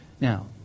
Now